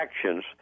actions